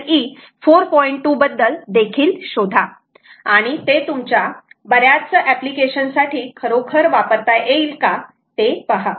2 बद्दल देखील शोधा आणि ते तुमच्या बऱ्याच एप्लीकेशन साठी खरोखर वापरता येईल का ते पहा